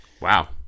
Wow